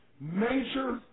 major